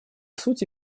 сути